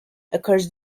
occurs